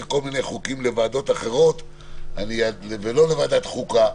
כל מיני חוקים לוועדות אחרות ולא לוועדת חוקה.